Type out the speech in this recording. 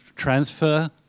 transfer